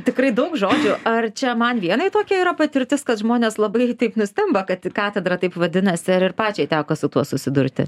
tikrai daug žodžių ar čia man vienai tokia yra patirtis kad žmonės labai taip nustemba kad katedra taip vadinasi ar ir pačiai teko su tuo susidurti